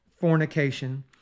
fornication